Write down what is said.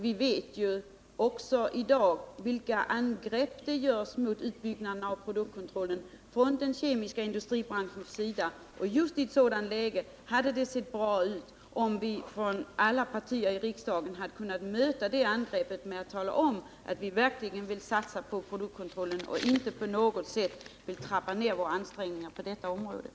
Vi vet också i dag vilka angrepp som görs från den kemiska industrins sida mot utbyggnaden av produktkontrollen — och just i ett sådant läge hade det sett bra ut om alla partier i riksdagen hade kunnat möta de angreppen med att tala om att vi verkligen vill satsa på produktkontrollen och inte på något sätt vill trappa ned våra ansträngningar på det området.